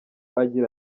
agira